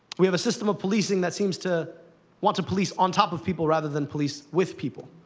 we have a system of policing that seems to want to police on top of people rather than police with people.